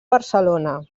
barcelona